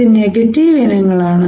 ഇത് നെഗറ്റീവ് ഇനങ്ങളാണ്